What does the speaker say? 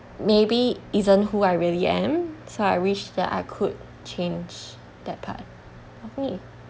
maybe isn't who I really am so I wish that I could change that part of me